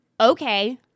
okay